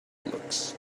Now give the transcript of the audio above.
looks